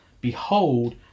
Behold